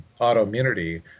Autoimmunity